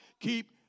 keep